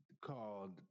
called